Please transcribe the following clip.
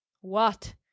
What